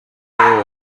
ganhou